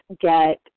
get